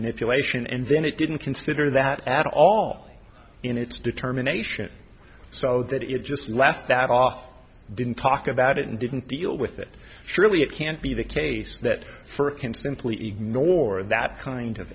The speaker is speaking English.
manipulation and then it didn't consider that at all in its determination so that it just laughed that off didn't talk about it and didn't deal with it surely it can't be the case that for a can simply ignore that kind of